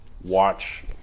watch –